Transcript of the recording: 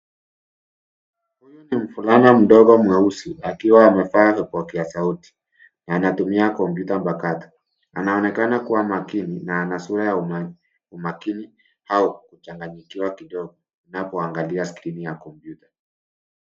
Huyu ni mvulana mdogo mweusi akiwa amevaa vipokea sauti na anatumia kompyuta mpakato. Anaonekana kuwa makini na ana sura ya umakini au kuchanganyikiwa kidogo anapoangalia skrini ya kompyuta.